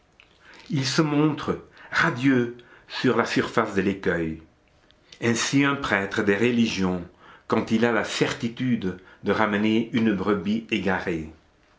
il se montre radieux sur la surface de l'écueil ainsi un prêtre des religions quand il a la certitude de ramener une brebis égarée